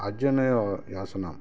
அஜனயோயாசனம்